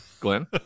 Glenn